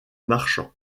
marchand